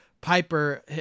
Piper